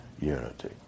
unity